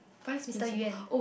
Mister Yuan